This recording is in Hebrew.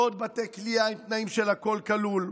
לא עוד בתי כליאה עם תנאים של הכול כלול,